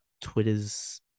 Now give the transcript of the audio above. Twitter's